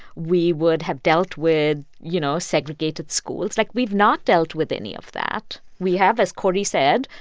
we would have dealt with, you know, segregated schools. like, we've not dealt with any of that. we have, as cory said,